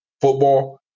football